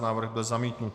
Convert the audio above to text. Návrh byl zamítnut.